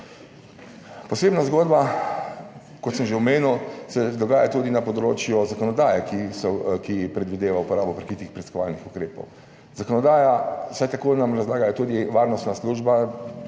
Posebna zgodba, kot sem že omenil, se dogaja tudi na področju zakonodaje, ki predvideva uporabo prikritih preiskovalnih ukrepov. Zakonodaja, vsaj tako nam razlagajo tudi varnostne službe,